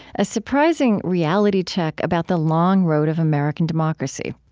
a surprising reality check about the long road of american democracy.